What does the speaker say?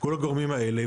כל הגורמים האלה.